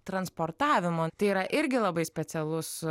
transportavimo tai yra irgi labai specialus